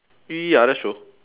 ya that's true